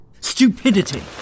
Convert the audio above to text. Stupidity